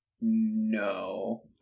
No